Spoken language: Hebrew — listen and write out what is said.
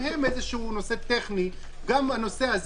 אחרי שהכרתי